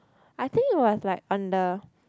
I think it was like on the